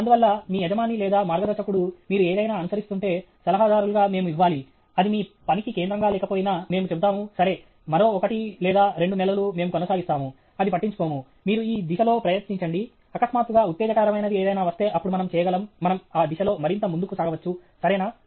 అందువల్ల మీ యజమాని లేదా మార్గదర్శకుడు మీరు ఏదైనా అనుసరిస్తుంటే సలహాదారులుగా మేము ఇవ్వాలి అది మీ పనికి కేంద్రంగా లేకపోయినా మేము చెబుతాము సరే మరో ఒకటి లేదా రెండు నెలలు మేము కొనసాగిస్తాము అది పట్టించుకోము మీరు ఈ దిశలో ప్రయత్నించండి అకస్మాత్తుగా ఉత్తేజకరమైనది ఏదైనా వస్తే అప్పుడు మనం చేయగలం మనం ఆ దిశలో మరింత ముందుకు సాగవచ్చు సరేనా